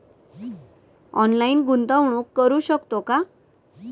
Online गुंतवणूक करू शकतो का?